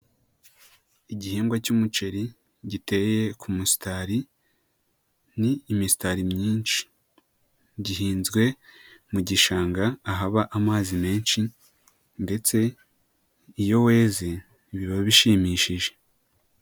Igihingwa cy'umuceri giteye ku musitari, ni imisitari myinshi gihinzwe mu gishanga ahaba amazi menshi ndetse iyo weze biba bishimishije.